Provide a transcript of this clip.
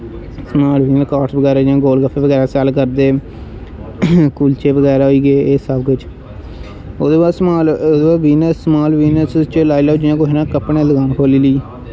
समाल business card बगैरा जि'यां गोलगफ्फे बगैरा सैल्ल करदे कुल्चे बगैरा एह् सब किश ओह्दे बाद समाल बिजनस च जि'यां लाई लैओ कुसै ना कपड़ें आह्ली दकान खोह्ल्ली लेई